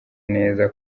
neza